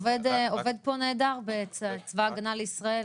עובד פה נהדר בצבא ההגנה לישראל,